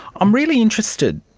i'm really interested,